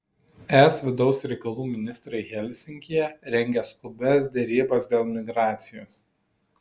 es vidaus reikalų ministrai helsinkyje rengia skubias derybas dėl migracijos